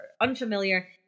unfamiliar